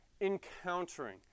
encountering